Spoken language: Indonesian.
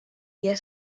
dia